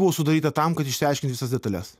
buvo sudaryta tam kad išsiaiškint visas detales